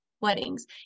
weddings